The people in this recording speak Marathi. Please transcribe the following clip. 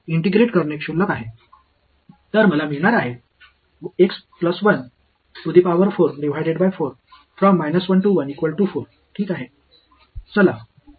तर मला मिळणार आहे ठीक आहे